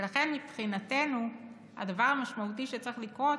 ולכן מבחינתנו הדבר המשמעותי שצריך לקרות